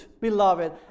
beloved